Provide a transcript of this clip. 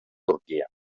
turquia